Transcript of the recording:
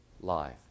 life